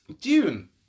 Dune